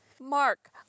Mark